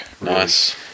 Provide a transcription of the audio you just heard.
Nice